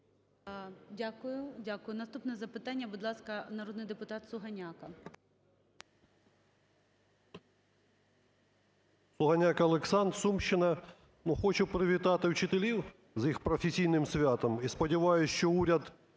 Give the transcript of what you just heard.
Дякую. Наступне запитання, будь ласка, народний депутат Сугоняко. 10:55:55 СУГОНЯКО О.Л. Сугоняко Олександр, Сумщина. Хочу привітати вчителів з їх професійним святом і сподіваюсь, що уряд